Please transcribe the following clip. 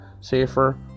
safer